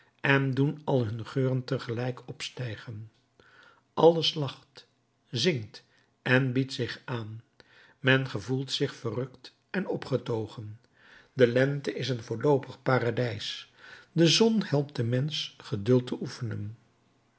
en doen al hun geuren tegelijk opstijgen alles lacht zingt en biedt zich aan men gevoelt zich verrukt en opgetogen de lente is een voorloopig paradijs de zon helpt den mensch geduld te oefenen